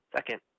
Second